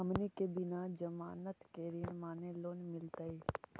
हमनी के बिना जमानत के ऋण माने लोन मिलतई?